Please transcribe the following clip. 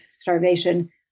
starvation